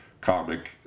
comic